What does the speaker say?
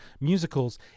musicals